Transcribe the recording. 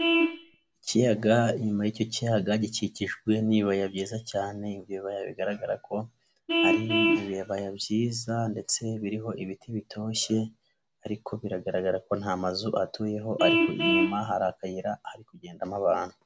Ikiyaga inyuma y'icyo kiyaga gikikijwe n'ibibaya byiza cyane, ibibaya bigaragara ko ari ibibaya byiza ndetse biriho ibiti bitoshye ariko biragaragara ko nta mazu atuyeho, ariko inyuma hari akayira kari kugendamo abantu.